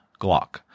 Glock